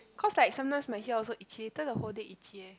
cause like sometimes my here also itchy later the whole day itchy eh